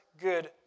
good